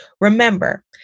Remember